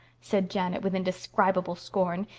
said janet with indescribable scorn.